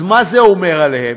אז מה זה אומר עליהם?